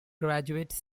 graduate